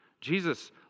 Jesus